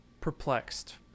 perplexed